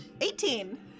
Eighteen